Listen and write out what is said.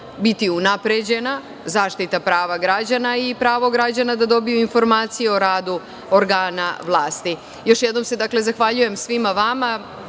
biti unapređena zaštita prava građana i pravo građana da dobiju informaciju o radu organa vlasti. Još jednom se zahvaljujem svima vama